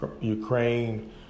Ukraine